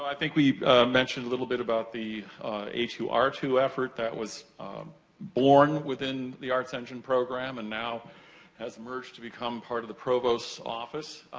i think we mentioned a little bit about the a two r u effort that was born within the artsengine program. and now has merged to become part of the provost's office.